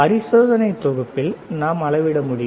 பரிசோதனையின் தொகுப்பில் நாம் அளவிட முடியும்